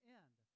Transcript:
end